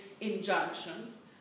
injunctions